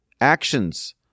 actions